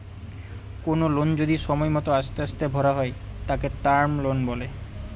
কোনো লোন যদি সময় মত আস্তে আস্তে ভরা হয় তাকে টার্ম লোন বলে